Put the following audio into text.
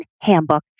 handbook